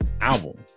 album